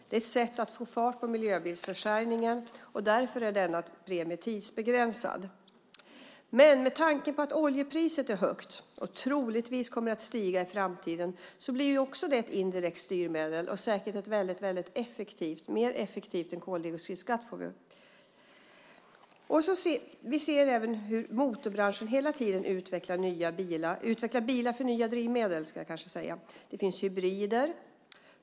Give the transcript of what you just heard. Den är ett sätt att fart på miljöbilsförsäljningen, och därför är denna premie tidsbegränsad. Men med tanke på att oljepriset är högt och troligtvis kommer att stiga i framtiden blir också oljepriset ett indirekt styrmedel, och säkert ett väldigt effektivt sådant - mer effektivt än koldioxidskatten. Vi ser hur motorbranschen hela tiden utvecklar bilar för nya drivmedel. Det finns hybrider.